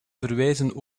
verwijzen